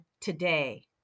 today